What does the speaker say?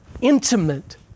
intimate